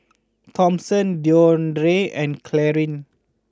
Thompson Deondre and Clarine